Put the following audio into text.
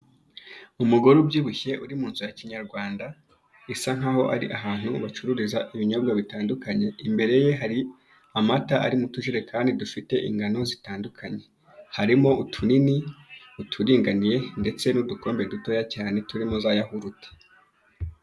Umugore ubyibushye uri mu nzu ya kinyarwanda, bisa nk'aho ari ahantu bacururiza ibinyobwa bitandukanye. Imbere ye hari amata ari mu tujerekani dufite ingano zitandukanye. Harimo utunini, uturinganiye, ndetse n'udukombe dutoya cyane, turimo za yahurute.